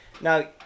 Now